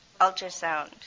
Ultrasound